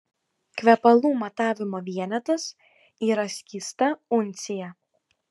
kvepalų matavimo vienetas yra skysta uncija